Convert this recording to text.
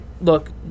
Look